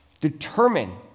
Determine